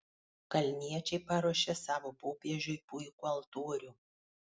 kalniečiai paruošė savo popiežiui puikų altorių